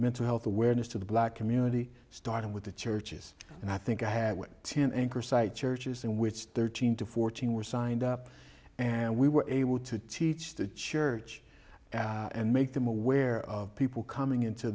mental health awareness to the black community starting with the churches and i think i have ten anchor site churches in which thirteen to fourteen were signed up and we were able to teach the church and make them aware of people coming into